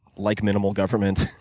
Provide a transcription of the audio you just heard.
like minimal government.